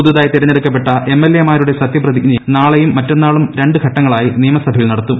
പുതുതായി തിരഞ്ഞെടുക്കണ്ണപ്പെട്ട എംഎൽഎമാരുടെ സത്യപ്രതിജ്ഞ നാളെയും മറ്റന്നാളൂർ ് രണ്ട് ഘട്ടങ്ങളായി നിയമസഭയിൽ നടക്കും